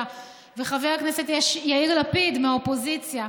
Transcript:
וחבר הכנסת יאיר לפיד מהאופוזיציה,